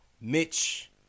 Mitch